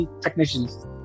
technicians